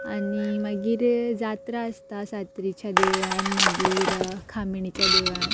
आनी मागीर जात्रा आसता सातेरीच्या देवळान मागीर खामणिच्या देवळान